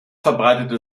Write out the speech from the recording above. verbreitete